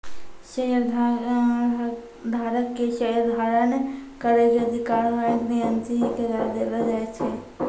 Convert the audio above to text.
शेयरधारक के शेयर धारण करै के अधिकार बैंक विनियमन के द्वारा देलो जाय छै